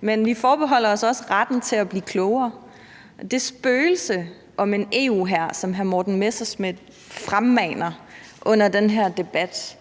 men vi forbeholder os også retten til at blive klogere. Det spøgelse om en EU-hær, som hr. Morten Messerschmidt fremmaner under den her debat,